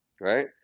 right